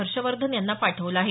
हर्षवर्धन यांना पाठवलं आहे